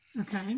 okay